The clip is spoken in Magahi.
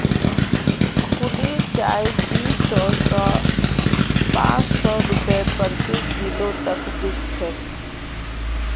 खुली चाय दी सौ स पाँच सौ रूपया प्रति किलो तक बिक छेक